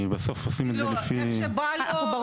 איך שבא לו.